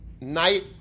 night